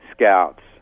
Scouts